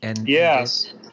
Yes